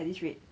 at this rate